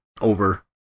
over